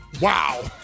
wow